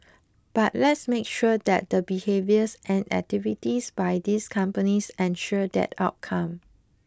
but let's make sure that the behaviours and activities by these companies ensure that outcome